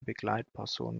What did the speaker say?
begleitperson